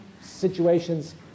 situations